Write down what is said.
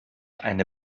eine